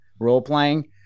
role-playing